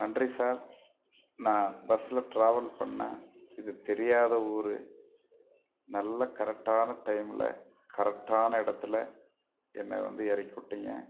நன்றி சார் நான் பஸ்ஸில் ட்ராவல் பண்ணிணேன் இது தெரியாத ஊர் நல்ல கரெக்ட்டான டைமில் கரெக்ட்டான இடத்துல என்ன வந்து இறக்கி விட்டிங்க